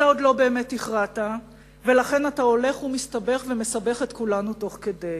אתה עוד לא באמת הכרעת ולכן אתה הולך ומסתבך ומסבך את כולנו תוך כדי.